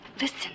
Listen